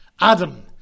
Adam